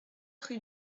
rue